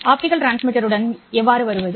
optical டிரான்ஸ்மிட்டருடன் நான் எவ்வாறு வருவது